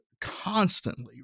constantly